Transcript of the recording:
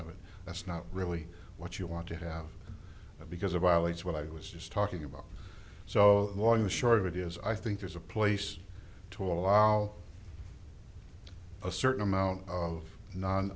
of it that's not really what you want to have because of violates what i was just talking about so long the short of it is i think there's a place to allow a certain amount of non